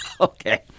Okay